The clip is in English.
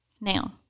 Now